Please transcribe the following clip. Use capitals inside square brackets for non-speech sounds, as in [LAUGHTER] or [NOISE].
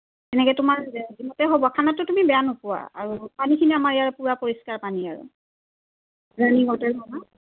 তেনেকৈ তোমাৰ [UNINTELLIGIBLE] হ'ব খানাটো তুমি বেয়া নোপোৱা আৰু পানীখিনি আমাৰ ইয়াৰ পূৰা পৰিষ্কাৰ পানী আৰু ৰানিং ৱাটাৰ পাবা